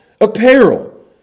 apparel